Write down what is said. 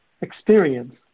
experience